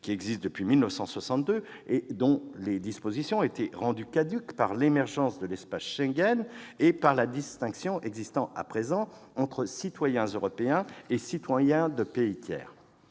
qui existe depuis 1962, dont les dispositions ont été rendues caduques par l'émergence de l'espace Schengen et par la distinction existant désormais entre citoyens européens et citoyens de pays tiers.